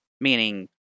Meaning